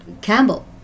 Campbell